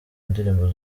ndirimbo